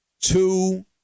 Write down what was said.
Two